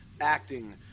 acting